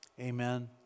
Amen